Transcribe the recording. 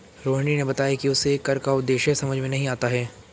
रोहिणी ने बताया कि उसे कर का उद्देश्य समझ में नहीं आता है